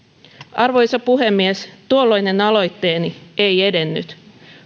arvoisa puhemies tuolloinen aloitteeni ei edennyt